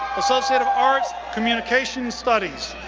associate of arts, communications studies.